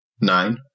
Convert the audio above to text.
nine